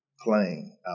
playing